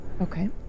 Okay